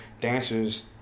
Dancers